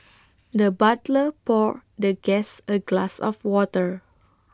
the butler poured the guest A glass of water